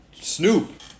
Snoop